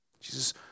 Jesus